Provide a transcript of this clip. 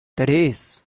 tres